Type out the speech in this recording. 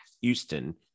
Houston